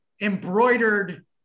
embroidered